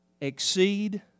exceed